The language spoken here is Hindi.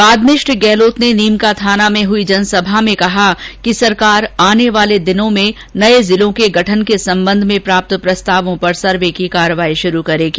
बाद में श्री गहलोत ने नीम का थाना में जनसभा में कहा कि सरकार आने वाले दिनों में नये जिलों के गठन के संबंध में प्राप्त प्रस्तावों पर सर्वे की कार्यवाही शुरू करेगी